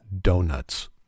donuts